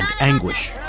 anguish